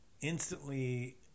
instantly